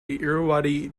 irrawaddy